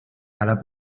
cada